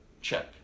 check